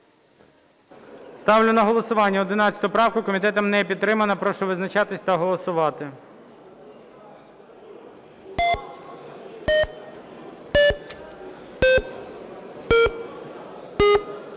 Ставлю на голосування 11 правку. Комітетом не підтримана. Прошу визначатися та голосувати.